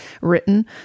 written